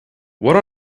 what